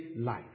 life